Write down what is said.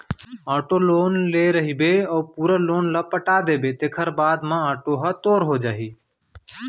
auto loan ले रहिबे अउ पूरा लोन ल पटा देबे तेखर बाद म आटो ह तोर हो जाही